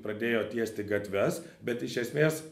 pradėjo tiesti gatves bet iš esmės